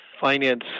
Finance